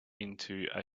into